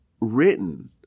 written